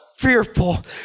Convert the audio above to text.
fearful